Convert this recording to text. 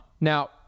Now